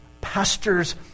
pastors